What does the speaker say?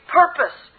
purpose